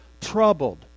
Troubled